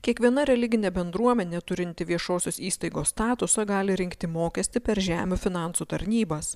kiekviena religinė bendruomenė turinti viešosios įstaigos statusą gali rinkti mokestį per žemių finansų tarnybas